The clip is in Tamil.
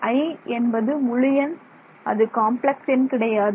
i என்பது முழு எண் அது காம்ப்ளக்ஸ் எண் கிடையாது